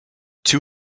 two